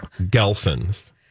Gelson's